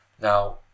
now